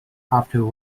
after